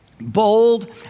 bold